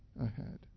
ahead